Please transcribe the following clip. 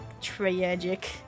Tragic